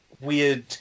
weird